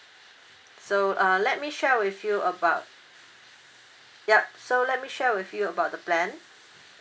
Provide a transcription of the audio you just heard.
so uh let me share with you about yup so let me share with you about the plan